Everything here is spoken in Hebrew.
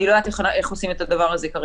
אני לא יודעת איך עושים את הדבר הזה כרגע.